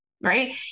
right